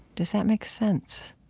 does that make sense?